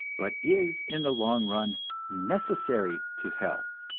but is in the long run necessary to health.